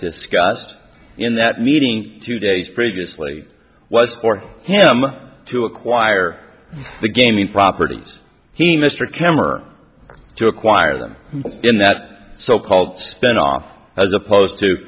discussed in that meeting two days previously was for him to acquire the gaming properties he mr kemmer to acquire them in that so called spent off as opposed to